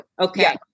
Okay